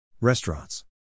Restaurants